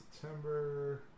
September